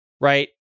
right